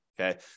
Okay